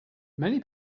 many